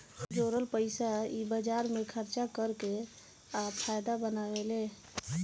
जोरल पइसा इ बाजार मे खर्चा कर के आ फायदा बनावेले